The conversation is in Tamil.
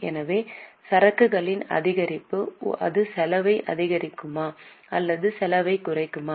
எனவே சரக்குகளின் அதிகரிப்பு அது செலவை அதிகரிக்குமா அல்லது செலவைக் குறைக்குமா